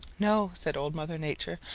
no, said old mother nature,